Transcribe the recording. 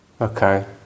Okay